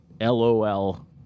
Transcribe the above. LOL